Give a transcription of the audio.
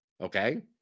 okay